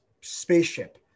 spaceship